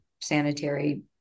sanitary